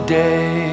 day